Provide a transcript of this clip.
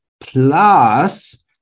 plus